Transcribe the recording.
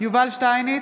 יובל שטייניץ,